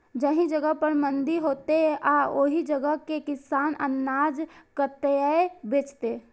जाहि जगह पर मंडी हैते आ ओहि जगह के किसान अनाज कतय बेचते?